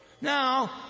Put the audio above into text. now